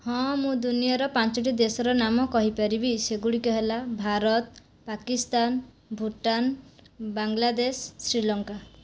ହଁ ମୁଁ ଦୁନିଆର ପାଞ୍ଚଟି ଦେଶର ନାମ କହି ପାରିବି ସେଗୁଡ଼ିକ ହେଲା ଭାରତ ପାକିସ୍ତାନ ଭୁଟାନ ବାଙ୍ଗ୍ଲାଦେଶ ଶ୍ରୀଲଙ୍କା